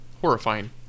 horrifying